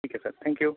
ठीक है sir thank you